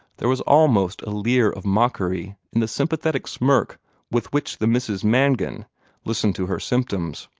there was almost a leer of mockery in the sympathetic smirk with which the misses mangan listened to her symptoms.